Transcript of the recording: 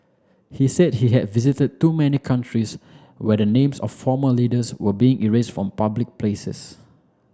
he said he had visited too many countries where the names of former leaders were being erased from public places